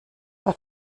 bei